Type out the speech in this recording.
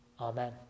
Amen